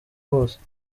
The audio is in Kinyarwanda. hose